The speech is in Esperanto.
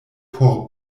por